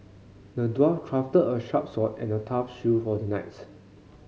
the dwarf crafted a sharp sword and a tough shield for the knights